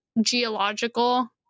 geological